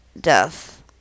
death